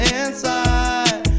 inside